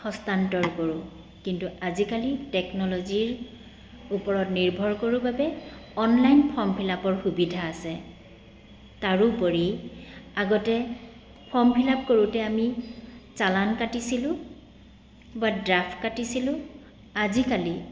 হস্তান্তৰ কৰোঁ কিন্তু আজিকালি টেকন'লজিৰ ওপৰত নিৰ্ভৰ কৰো বাবে অনলাইন ফৰ্ম ফিল আপৰ সুবিধা আছে তাৰোপৰি আগতে ফৰ্ম ফিল আপ কৰোঁতে আমি চালান কাটিছিলোঁ বা ড্ৰাফ্ট কাটিছিলোঁ আজিকালি